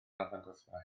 arddangosfa